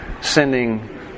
sending